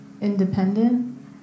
independent